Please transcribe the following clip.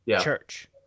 church